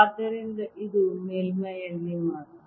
ಆದ್ದರಿಂದ ಇದು ಮೇಲ್ಮೈಯಲ್ಲಿ ಮಾತ್ರ